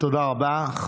תודה רבה.